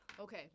Okay